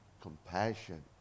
compassion